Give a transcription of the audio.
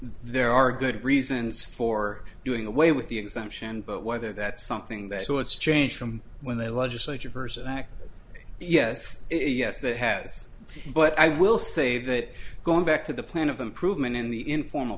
there are good reasons for doing away with the exemption but whether that's something that would change from when they legislature version act yes yes it has but i will say that going back to the plan of improvement in the informal